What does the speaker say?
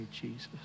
Jesus